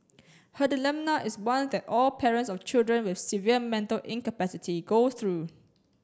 her dilemma is one that all parents of children with severe mental incapacity go through